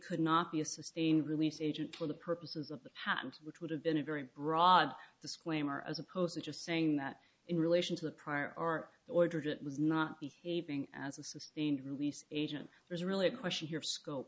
could not be a sustained release agent for the purposes of the patent which would have been a very broad disclaimer as opposed to just saying that in relation to the prior art order it was not behaving as a sustained release agent there's really a question here